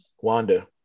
Wanda